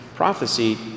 prophecy